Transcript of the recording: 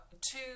two